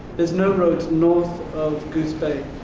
there's no roads north of goose bay.